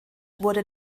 wurde